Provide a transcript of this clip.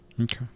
Okay